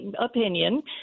opinion